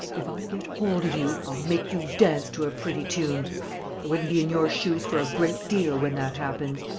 if i get hold of you, i'll make you dance to a pretty tune! i wouldn't be in your shoes for a great deal, when that happens.